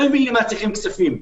אני לא מבין למה צריכים כספים.